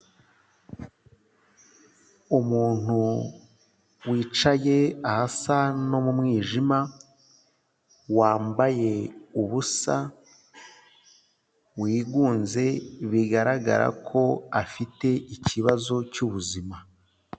Umuntu wicaye ahasa no mu mwijima, wambaye ubusa, wigunze bigaragara ko afite ikibazo cy'ubuzima.